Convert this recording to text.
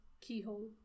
keyhole